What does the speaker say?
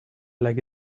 like